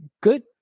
good